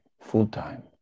full-time